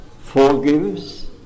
forgives